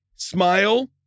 Smile